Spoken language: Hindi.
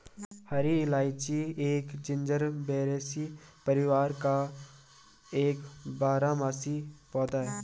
हरी इलायची एक जिंजीबेरेसी परिवार का एक बारहमासी पौधा है